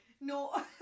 No